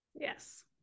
Yes